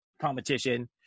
competition